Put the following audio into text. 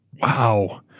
Wow